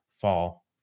fall